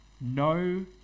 no